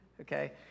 okay